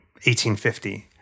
1850